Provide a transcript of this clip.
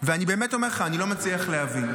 ואני באמת אומר לך, אני לא מצליח להבין.